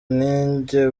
ninjye